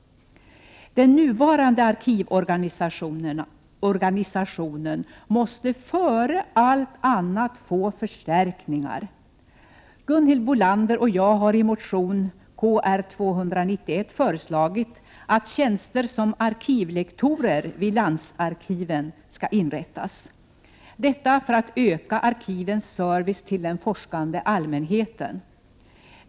Den nuvarande arkivorganisationen måste före allt annat få förstärkningar. Gunhild Bolander och jag har i motion Kr291 föreslagit att tjänster för arkivlektorer vid landsarkiven skall inrättas, detta för att öka arkivens service till den forskande allmänheten.